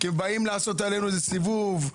כבאים לעשות עלינו סיבוב,